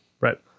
Right